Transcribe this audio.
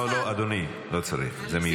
לא, לא, אדוני, לא צריך, זה מיותר.